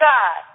God